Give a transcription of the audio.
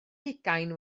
hugain